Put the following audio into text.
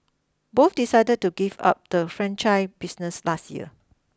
both decided to give up the franchise business last year